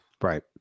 right